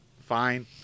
Fine